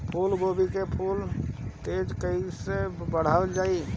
फूल गोभी के फूल तेजी से कइसे बढ़ावल जाई?